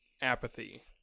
apathy